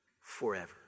forever